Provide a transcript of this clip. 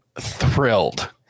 thrilled